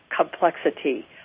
complexity